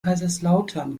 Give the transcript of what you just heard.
kaiserslautern